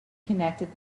connected